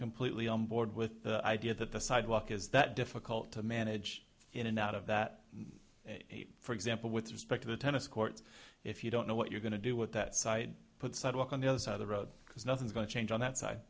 completely on board with the idea that the sidewalk is that difficult to manage in and out of that for example with respect to the tennis courts if you don't know what you're going to do with that side put sidewalk on the other side of the road because nothing's going to change on that side